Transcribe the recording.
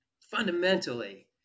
Fundamentally